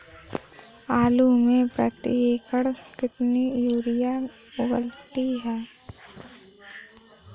आलू में प्रति एकण कितनी यूरिया लगती है?